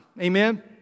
Amen